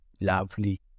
lovely